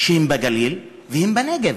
בגליל ובנגב.